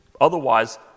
Otherwise